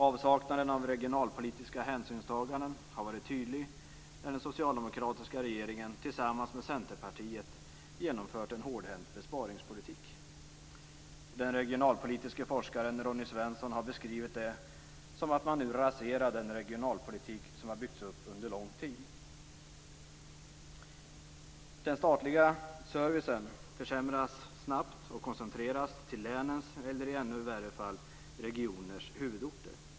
Avsaknaden av regionalpolitiska hänsynstaganden har varit tydlig när den socialdemokratiska regeringen tillsammans med Centerpartiet genomfört en hårdhänt besparingspolitik. Ronny Svensson, forskaren i regionalpolitik, har beskrivit det som att man nu raserar den regionalpolitik som har byggts upp under lång tid. Den statliga servicen försämras snabbt och koncentreras till länens, eller i ännu värre fall, till regionernas huvudorter.